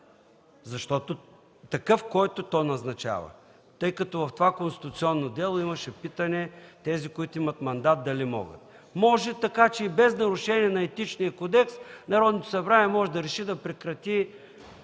– такъв, който то назначава. В това конституционно дело имаше питане: тези, които имат мандат, дали могат? Може, така че и без нарушение на Етичния кодекс Народното събрание може да реши да прекрати.